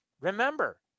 remember